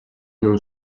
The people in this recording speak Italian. non